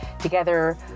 together